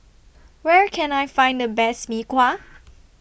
Where Can I Find The Best Mee Kuah